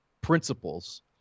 principles